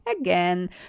Again